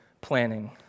planning